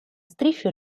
strisce